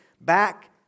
back